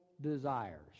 desires